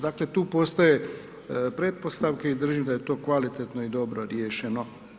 Dakle tu postoje pretpostavke i držim da je to kvalitetno i dobro riješeno.